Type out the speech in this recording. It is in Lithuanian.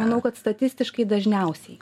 manau kad statistiškai dažniausiai